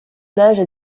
plages